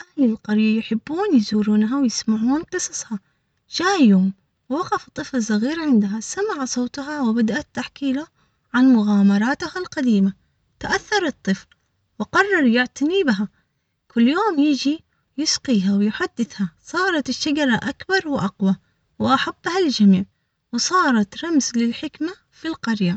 أهل القرية يحبون يزورونها، ويسمعون قصصها. جاي يوم وقف طفل صغير، عندها سمع صوتها، وبدأت تحكيله عن مغامراتها القديمة، تأثر الطفل وقرر يعتني بها كل يوم يجي يسقيها ويحدثها صارت الشجرة أكبر وأقوى.